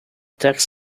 tax